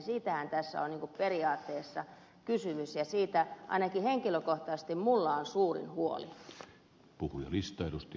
siitähän tässä on niin kuin periaatteessa kysymys ja siitä ainakin henkilökohtaisesti minulla on suurin huoli